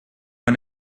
man